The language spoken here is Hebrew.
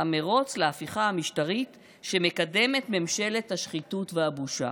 המרוץ להפיכה המשטרית שמקדמת ממשלת השחיתות והבושה.